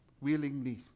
willingly